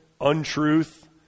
untruth